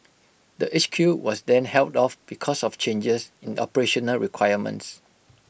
the H Q was then held off because of changes in operational requirements